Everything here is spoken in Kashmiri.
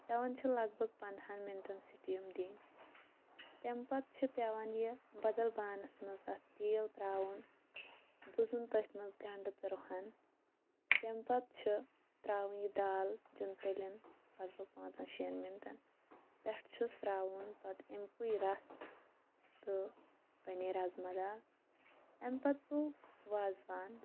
پٮ۪وان چھِ لَگ بگ پَندہَن مِنٹَن سٹیٖم دِنۍ تمہ پَتہٕ چھِ پٮ۪وان یہ بدل بانَس منٛز اَتھ تیٖل ترٛاوُن بُزُن تٔتھۍ مَنٛز گَنڈٕ تہٕ رُہَن تَمہِ پَتہٕ چھِ ترٛاوٕنۍ یہِ دال دیُن تٔلیُن لگ بگ پانٛژَن شٮ۪ن مِنٹَن پٮ۪ٹھٕ چھُس ترٛاوُن پَتہٕ اَمہِ کُے رَس تہٕ بنے رزما دال اَمہِ پَتہٕ گوٚو وازوان